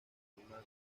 musulmán